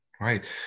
Right